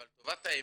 אבל טובת האמת,